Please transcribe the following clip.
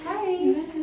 hi